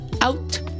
out